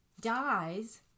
dies